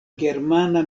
germana